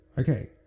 Okay